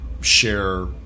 share